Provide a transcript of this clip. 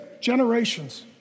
generations